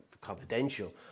confidential